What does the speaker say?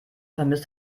vermisst